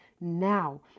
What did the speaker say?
Now